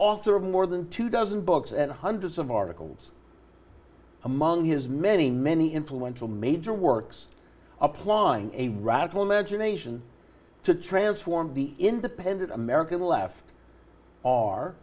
author of more than two dozen books and hundreds of articles among his many many influential major works applying a radical imagination to transform the independent american the left are